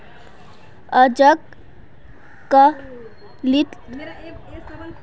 अजकालित प्रतिनिधि धन दुनियात सबस बेसी मात्रात पायाल जा छेक